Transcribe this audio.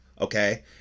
okay